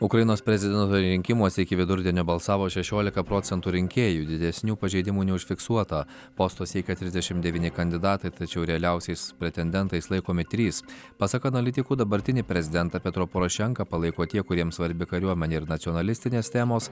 ukrainos prezidento rinkimuose iki vidurdienio balsavo šešiolika procentų rinkėjų didesnių pažeidimų neužfiksuota posto siekia trisdešimt devyni kandidatai tačiau realiausiais pretendentais laikomi trys pasak analitikų dabartinį prezidentą petro porošenką palaiko tie kuriems svarbi kariuomenė ir nacionalistinės temos